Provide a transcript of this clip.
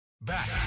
back